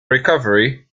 recovery